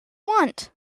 want